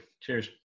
cheers